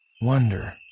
wonder